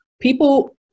People